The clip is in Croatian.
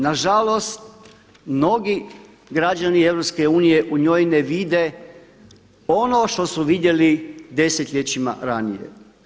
Nažalost, mnogi građani EU u njoj ne vide ono što su vidjeli desetljećima ranije.